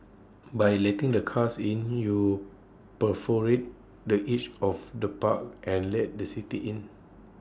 by letting the cars in you perforate the edge of the park and let the city in